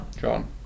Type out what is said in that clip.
John